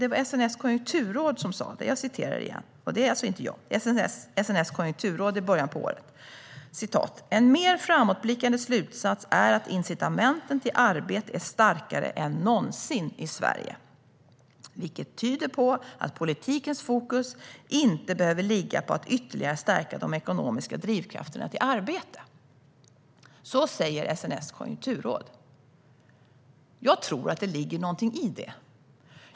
Det var SNS konjunkturråd som sa det. SNS konjunkturråd sa i början av året: "En mer framåtblickande slutsats är att incitamenten till arbete är starkare än någonsin i Sverige, vilket tyder på att politikens fokus inte behöver ligga på att ytterligare stärka de ekonomiska drivkrafterna till arbete." Så säger SNS konjunkturråd. Jag tror att det ligger någonting i det.